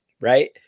right